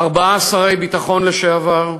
ארבעה שרי ביטחון לשעבר,